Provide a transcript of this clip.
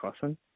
cousin